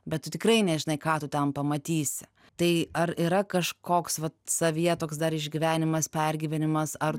bet tu tikrai nežinai ką tu ten pamatysi tai ar yra kažkoks vat savyje toks dar išgyvenimas pergyvenimas ar